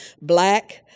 black